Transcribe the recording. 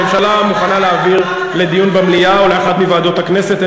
הממשלה מוכנה להעביר לדיון במליאה או באחת מוועדות הכנסת.